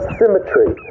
symmetry